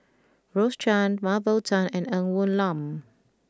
Rose Chan Mah Bow Tan and Ng Woon Lam